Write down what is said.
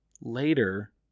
later